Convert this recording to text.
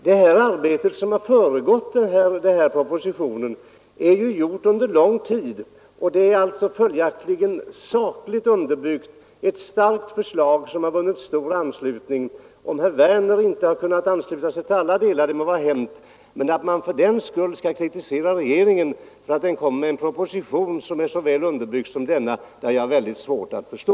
Det arbete som har föregått propositionen är gjort under lång tid. Följaktligen är det ett sakligt underbyggt, starkt förslag, som har vunnit stor anslutning. Om herr Werner inte har kunnat ansluta sig till alla delar må vara hänt, men att han fördenskull kritiserar regeringen för att den lägger fram en proposition som är så väl underbyggd som denna, det har jag väldigt svårt att förstå.